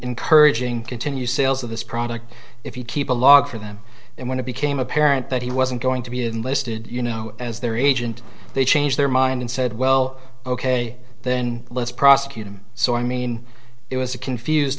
encouraging continue sales of this product if you keep a log for them and when it became apparent that he wasn't going to be enlisted you know as their agent they changed their mind and said well ok then let's prosecute him so i mean it was a confused